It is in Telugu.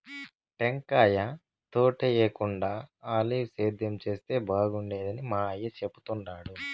టెంకాయ తోటేయేకుండా ఆలివ్ సేద్యం చేస్తే బాగుండేదని మా అయ్య చెప్తుండాడు